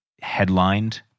headlined